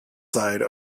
side